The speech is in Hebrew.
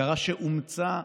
הכרה שאומצה,